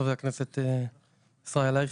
חבר הכנסת ישראל אייכלר,